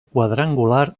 quadrangular